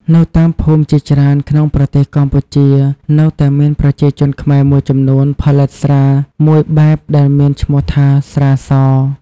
នៅតាមភូមិជាច្រើនក្នុងប្រទេសកម្ពុជា នៅតែមានប្រជាជនខ្មែរមួយចំនួនផលិតស្រាមួយបែបដែលមានឈ្មោះថា ស្រា ស។